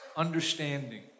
understanding